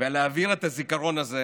ולהעביר את הזיכרון הזה